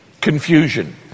Confusion